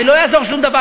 הרי לא יעזור שום דבר,